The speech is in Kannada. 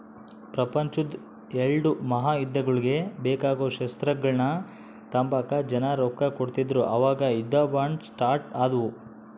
ಪ್ರಪಂಚುದ್ ಎಲ್ಡೂ ಮಹಾಯುದ್ದಗುಳ್ಗೆ ಬೇಕಾಗೋ ಶಸ್ತ್ರಗಳ್ನ ತಾಂಬಕ ಜನ ರೊಕ್ಕ ಕೊಡ್ತಿದ್ರು ಅವಾಗ ಯುದ್ಧ ಬಾಂಡ್ ಸ್ಟಾರ್ಟ್ ಆದ್ವು